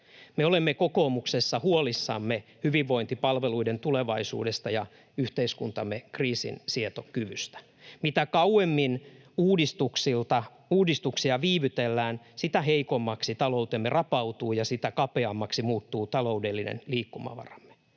Me olemme kokoomuksessa huolissamme hyvinvointipalveluiden tulevaisuudesta ja yhteiskuntamme kriisinsietokyvystä. Mitä kauemmin uudistuksia viivytellään, sitä heikommaksi taloutemme rapautuu ja sitä kapeammaksi muuttuu taloudellinen liikkumavaramme.